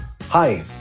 Hi